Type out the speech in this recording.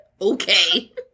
Okay